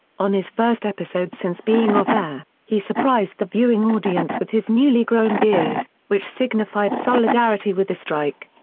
on his first episode since being off air, he surprised the viewing audience with his newly grown beard, which signified solidarity with the strike.